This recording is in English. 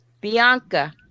Bianca